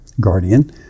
Guardian